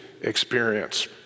experience